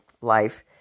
life